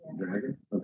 Dragon